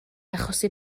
achosi